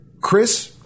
Chris